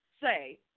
say